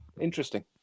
Interesting